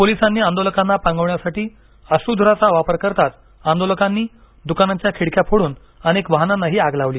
पोलिसांनी आंदोलकांना पांगवण्यासाठी अश्रूधुराचा वापर करताच आंदोलकांनी दुकानांच्या खिडक्या फोडून अनेक वाहनांना आग लावली